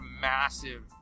massive